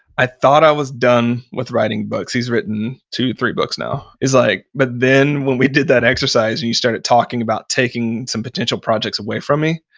i thought i was done with writing books. he's written two, three books now. he's like, but then when we did that exercise and you started talking about taking some potential projects away from me,